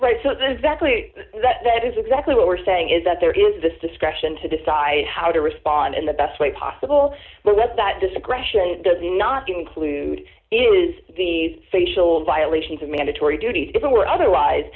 right so there's that plea that is exactly what we're saying is that there is this discretion to decide how to respond in the best way possible but what that discretion does not include is these facial violations of mandatory duties if it were otherwise